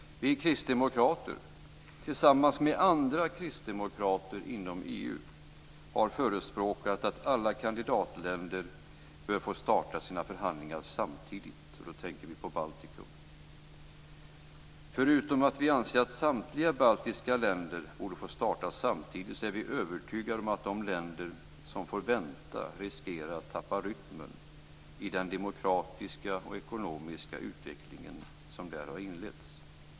Vi kristdemokrater, tillsammans med andra kristdemokrater inom EU, har förespråkat att alla kandidatländer bör få starta sina förhandlingar samtidigt. Vi tänker då på Baltikum. Förutom att vi anser att samtliga baltiska länder borde få starta samtidigt är vi övertygade om att de länder som får vänta riskerar att tappa rytmen i den demokratiska och ekonomiska utveckling som där har inletts.